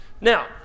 Now